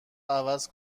عوض